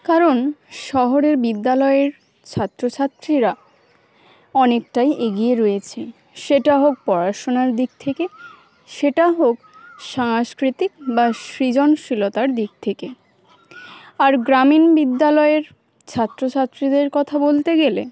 কারণ শহরের বিদ্যালয়ের ছাত্রছাত্রীরা অনেকটাই এগিয়ে রয়েছে সেটা হোক পড়াশোনার দিক থেকে সেটা হোক সাংস্কৃতিক বা সৃজনশীলতার দিক থেকে আর গ্রামীণ বিদ্যালয়ের ছাত্র ছাত্রীদের কথা বলতে গেলে